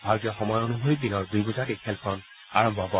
ভাৰতীয় সময় অনুসৰি দিনৰ দুই বজাত এই খেলখন আৰম্ভ হব